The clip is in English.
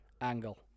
Angle